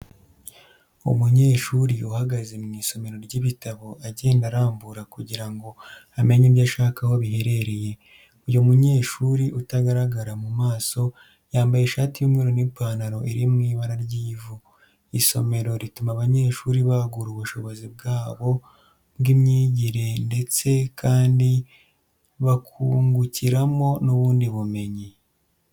Umunyeshuri uhagaze mu isomero ry'ibitabo agenda arambura kugira ngo amenye ibyo ashaka aho biherereye. Uyu mumyeshuri utagaragara mu maso yambaye ishati y'umweru n'ipantaro iri mu ibara ry'ivu. Isomero rituma abanyeshuri bagura ubushobozi bwa bo bw'imyigire ndetse kandi bakungukiramo n'ubundi bumenyi.